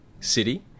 city